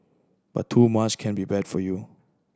but too much can be bad for you